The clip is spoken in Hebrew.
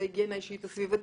זה היגיינה אישית וסביבתית,